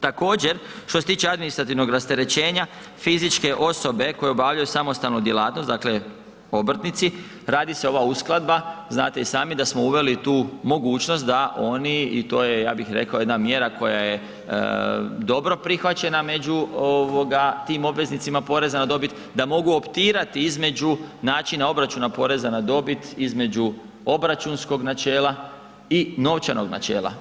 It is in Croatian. Također, što se tiče administrativnog rasterećenja fizičke osobe koje obavljaju samostalnu djelatnost, dakle obrtnici, radi se ova uskladba, znate i sami da smo uveli tu mogućnost da oni i to je ja bih rekao jedna mjera koja je dobro prihvaćena među ovoga tim obveznicima poreza na dobit, da mogu optirati između načina obračuna poreza na dobit, između obračunskog načela i novčanog načela.